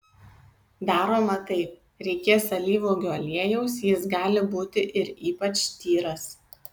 daroma taip reikės alyvuogių aliejaus jis gali būti ir ypač tyras